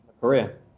career